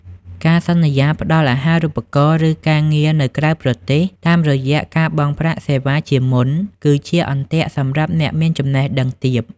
ការសន្យាផ្តល់ "អាហារូបករណ៍" ឬ "ការងារនៅក្រៅប្រទេស" តាមរយៈការបង់ប្រាក់សេវាជាមុន គឺជាអន្ទាក់សម្រាប់អ្នកមានចំណេះដឹងទាប។